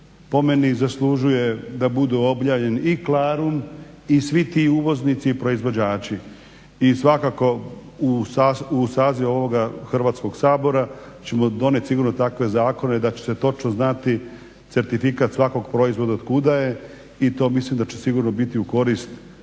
Po meni zaslužuje da bude objavljen i Klarum i svi ti uvoznici proizvođači i svakako u sazivu ovoga Hrvatskog sabora ćemo donijeti sigurno takve zakone da će se točno znati certifikat svakog proizvoda od kuda je i to mislim da će sigurno biti u korist